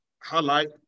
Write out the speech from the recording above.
highlight